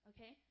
Okay